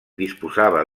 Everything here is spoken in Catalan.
disposava